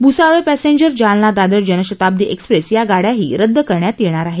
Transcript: Bhusawal passenger Jalna Dadar Janshatabdi express या गाड्याही रद्द करण्यात येणार आहेत